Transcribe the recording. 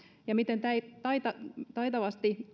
ja että integroimalla tutkimustietoa taitavasti